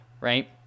right